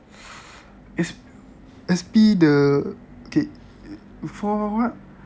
S~ S_P the okay for what